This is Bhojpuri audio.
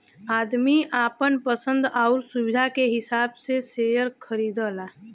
आदमी आपन पसन्द आउर सुविधा के हिसाब से सेअर खरीदला